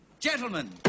Gentlemen